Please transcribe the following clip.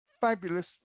fabulous